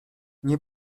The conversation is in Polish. nie